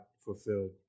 fulfilled